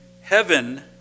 heaven